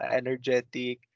energetic